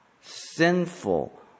sinful